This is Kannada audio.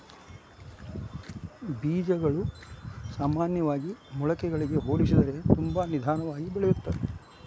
ಬೇಜಗಳು ಸಾಮಾನ್ಯವಾಗಿ ಮೊಳಕೆಗಳಿಗೆ ಹೋಲಿಸಿದರೆ ತುಂಬಾ ನಿಧಾನವಾಗಿ ಬೆಳಿತ್ತದ